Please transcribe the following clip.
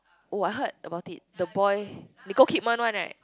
oh I heard about it the boy Nicole-Kidman one right